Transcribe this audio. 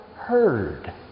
heard